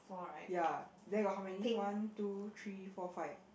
ya there got how many one two three four five